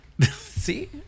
See